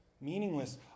Meaningless